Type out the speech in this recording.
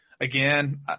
again